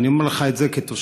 ואני אומר לך את זה כתושב.